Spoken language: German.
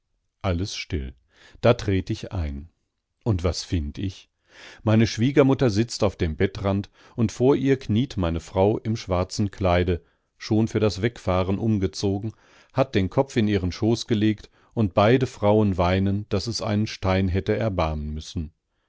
alles still da tret ich ein und was find ich meine schwiegermutter sitzt auf dem bettrand und vor ihr kniet meine frau im schwarzen kleide schon für das wegfahren umgezogen hat den kopf in ihren schoß gelegt und beide frauen weinen daß es einen stein hätte erbarmen müssen